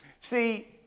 See